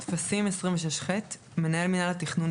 טפסים 26ח. מנהל מינהל התכנון,